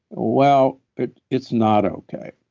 well, it's not okay.